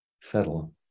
Settle